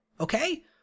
Okay